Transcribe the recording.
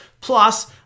Plus